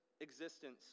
existence